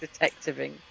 detectiving